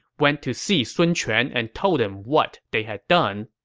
went to see sun quan and told him what they had done.